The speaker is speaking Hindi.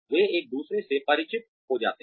वे एक दूसरे से परिचित हो जाते हैं